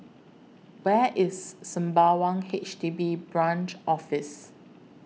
Where IS Sembawang H D B Branch Office